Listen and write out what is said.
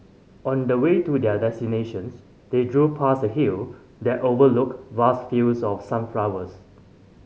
on the way to their destinations they drove past a hill that overlooked vast fields of sunflowers